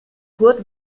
kurt